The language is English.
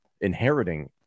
inheriting